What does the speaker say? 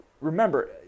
remember